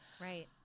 Right